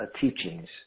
teachings